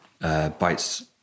bites